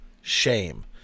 shame